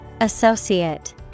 Associate